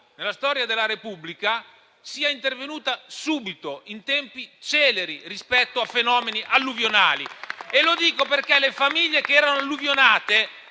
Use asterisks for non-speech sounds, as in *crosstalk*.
nella storia della Repubblica, è intervenuto subito e in tempi celeri rispetto a fenomeni alluvionali. *applause* Lo dico perché le famiglie che erano alluvionate